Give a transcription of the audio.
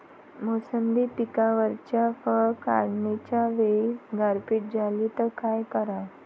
मोसंबी पिकावरच्या फळं काढनीच्या वेळी गारपीट झाली त काय कराव?